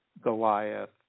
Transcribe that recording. Goliath